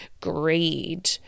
greed